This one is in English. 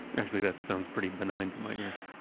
actually, that sounds pretty benign to my ears.